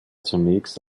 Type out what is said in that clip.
zunächst